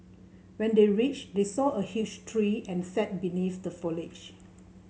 when they reached they saw a huge tree and sat beneath the foliage